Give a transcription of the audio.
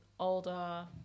older